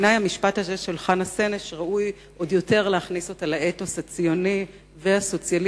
בעיני המשפט הזה ראוי עוד יותר להכניס אותה לאתוס הציוני והסוציאליסטי,